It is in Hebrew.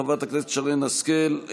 חברת הכנסת שרן השכל,